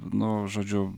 nu žodžiu